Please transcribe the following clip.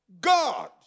God